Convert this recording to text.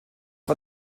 war